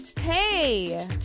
Hey